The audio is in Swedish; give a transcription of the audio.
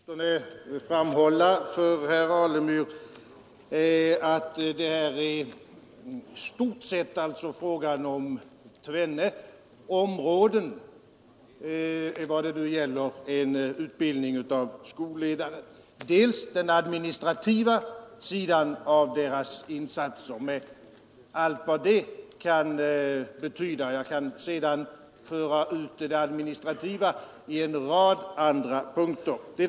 Herr talman! Jag vill åtminstone framhålla för herr Alemyr att det här i stort sett är fråga om tvenne områden vad gäller utbildningen av skolledare. Den ena sidan är den administrativa delen av deras insatser med allt vad det kan betyda; den administrativa delen kan jag sedan föra ut i en rad olika punkter.